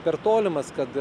per tolimas kad